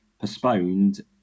postponed